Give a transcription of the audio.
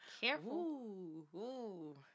careful